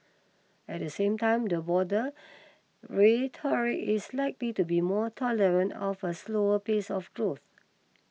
at the same time the broader rhetoric is likely to be more tolerant of a slower pace of growth